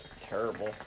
terrible